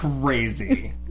crazy